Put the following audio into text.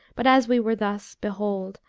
but as we were thus, behold,